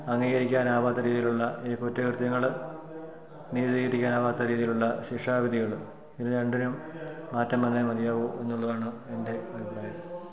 അംഗീകരിക്കാനാകാത്ത രീതിയിലുള്ള ഈ കുറ്റകൃത്യങ്ങൾ നീതീകരിക്കാനാകാത്ത രീതിയിലുള്ള ശിക്ഷാവിധികൾ ഇതു രണ്ടിനും മാറ്റം വന്നേ മതിയാകൂ എന്നുള്ളതാണ് എൻ്റെ അഭിപ്രായം